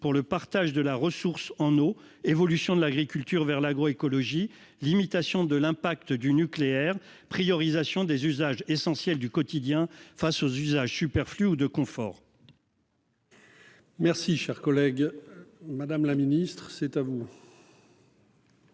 pour le partage de la ressource en eau : évolution de l'agriculture vers l'agroécologie ? Limitation de l'impact du nucléaire ? Priorisation des usages essentiels du quotidien face aux usages superflus ou de confort ? La parole est à Mme la secrétaire d'État.